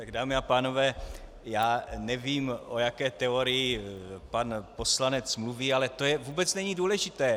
Dámy a pánové, já nevím, o jaké teorii pan poslanec mluví, ale to vůbec není důležité.